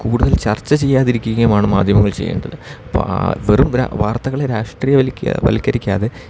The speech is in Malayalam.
കൂടുതൽ ചർച്ച ചെയ്യാതിരിക്കുകയുമാണ് മാധ്യമങ്ങൾ ചെയ്യേണ്ടത് അപ്പോൾ ആ വെറും വാർത്തകളെ രാഷ്ട്രീയവൽക്കരിക്കാതെ